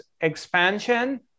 expansion